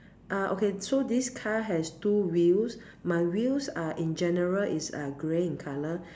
uh okay so this car has two wheels my wheels are in general is uh grey in color